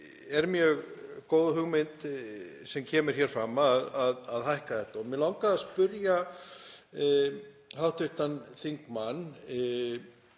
er mjög góð hugmynd, sem kemur hér fram, að hækka þetta. Mig langaði að spyrja hv. þingmann